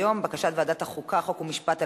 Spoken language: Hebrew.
לתוצאות: בעד, 12,